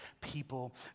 people